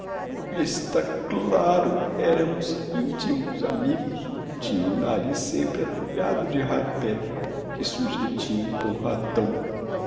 c laro eramos intimos amigos tinha o nariz sempre atulhado de rapé que sujeitinho tão ratão